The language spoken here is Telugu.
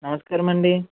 నమస్కారమండి